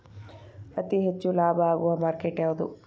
ಅತಿ ಹೆಚ್ಚು ಲಾಭ ಆಗುವ ಮಾರ್ಕೆಟ್ ಯಾವುದು?